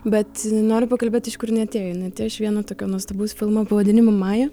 bet noriu pakalbėti iš kur jinai atėjo jinai atėjo iš vieno tokio nuostabaus filmo pavadinimu maja